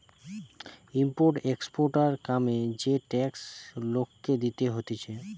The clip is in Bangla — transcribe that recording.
ইম্পোর্ট এক্সপোর্টার কামে যে ট্যাক্স লোককে দিতে হতিছে